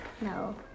No